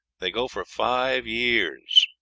they go for five years